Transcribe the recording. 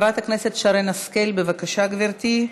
שרן השכל, בבקשה, גברתי.